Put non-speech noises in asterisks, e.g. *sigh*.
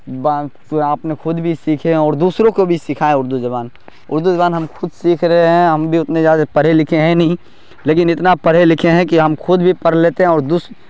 با *unintelligible* آپ نے خود بھی سیکھیں اور دوسروں کو بھی سکھائیں اردو زبان اردو زبان ہم خود سیکھ رہے ہیں ہم بھی اتنے زیادہ پڑھے لکھے ہیں نہیں لیکن اتنا پڑھے لکھے ہیں کہ ہم خود بھی پڑھ لیتے ہیں اور دوس